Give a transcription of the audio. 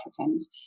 Africans